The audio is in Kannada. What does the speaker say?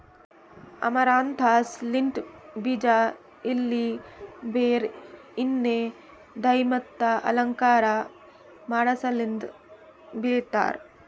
ಅಮರಂಥಸ್ ಲಿಂತ್ ಬೀಜ, ಎಲಿ, ಬೇರ್, ಎಣ್ಣಿ, ಡೈ ಮತ್ತ ಅಲಂಕಾರ ಮಾಡಸಲೆಂದ್ ಬೆಳಿತಾರ್